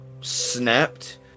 snapped